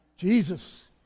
Jesus